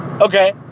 Okay